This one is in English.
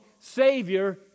savior